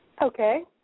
Okay